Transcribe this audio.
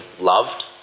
loved